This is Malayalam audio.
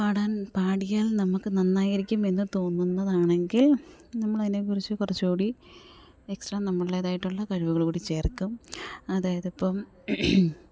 പാടാൻ പാടിയാൽ നമുക്കു നന്നായിരിക്കും എന്നു തോന്നുന്നതാണെങ്കിൽ നമ്മളതിനെക്കുറിച്ച് കുറച്ചു കൂടി എക്സ്ട്രാ നമ്മളുടെതായിട്ടുള്ള കഴിവുകൾ കൂടി ചേർക്കും അതായത് ഇപ്പം